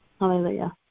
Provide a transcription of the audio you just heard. Hallelujah